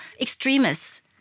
extremists